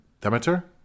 Demeter